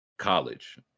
college